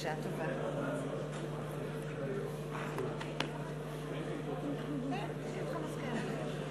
אני מתכבד להזמין את חבר הכנסת יעקב פרי,